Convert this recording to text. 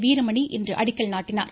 வீரமணி இன்று அடிக்கல் நாட்டினார்